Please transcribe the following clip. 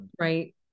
right